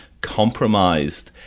compromised